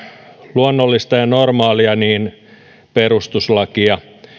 luonnollista ja normaalia niin perustuslakia